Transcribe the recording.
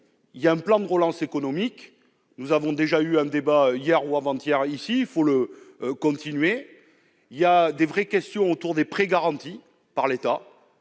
il y aura un plan de relance économique. Nous avons déjà eu ce débat ici hier ou avant-hier, mais il faut le poursuivre. Il y a de vraies questions autour des prêts garantis par l'État.